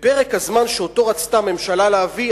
בפרק הזמן שאותו רצתה הממשלה להביא,